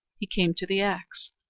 he came to the axe.